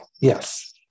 yes